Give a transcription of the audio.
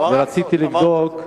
ורציתי לבדוק,